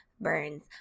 Burns